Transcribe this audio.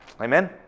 Amen